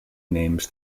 names